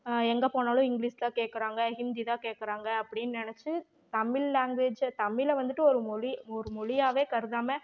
எங்கே போனாலும் இங்கிலிஷ் தான் கேட்குறாங்க ஹிந்தி தான் கேட்குறாங்க அப்படினு நினச்சி தமிழ் லாங்குவேஜை தமிழை வந்துட்டு ஒரு மொழி ஒரு மொழியாகவே கருதாமல்